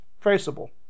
traceable